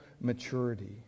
maturity